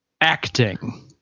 Acting